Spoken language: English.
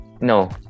No